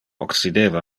occideva